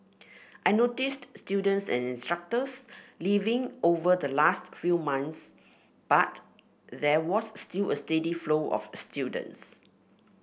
I noticed students and instructors leaving over the last few months but there was still a steady flow of students